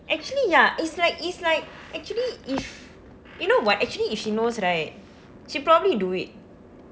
actually ya it's like it's like actually if you know what actually if she knows right she'll probably do it